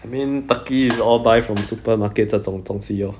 I mean turkey is all buy from supermarket 这种东西 orh